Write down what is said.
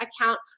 account